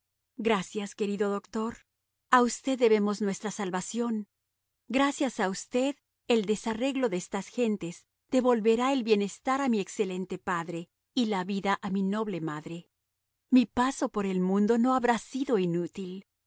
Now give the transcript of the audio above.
gracias querido doctor a usted debemos nuestra salvación gracias a usted el desarreglo de esas gentes devolverá el bienestar a mi excelente padre y la vida a mi noble madre mi paso por el mundo no habrá sido inútil